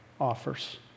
offers